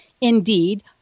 indeed